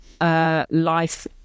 life